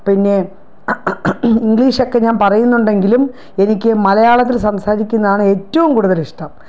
പിന്നെ ഇംഗ്ലീഷൊക്കെ ഞാൻ പറയുന്നുണ്ടെങ്കിലും എനിക്ക് മലയാളത്തിൽ സംസാരിക്കുന്നതാണ് ഏറ്റവും കൂടുതൽ ഇഷ്ടം